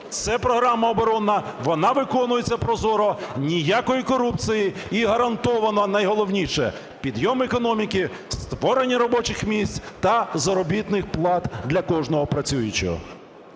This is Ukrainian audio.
це програма оборонна, вона виконується прозоро, ніякої корупції. І гарантовано найголовніше: підйом економіки, створення робочих місць та заробітних плат для кожного працюючого.